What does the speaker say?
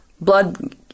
blood